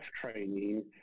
training